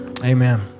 Amen